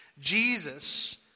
Jesus